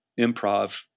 improv